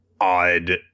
odd